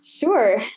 Sure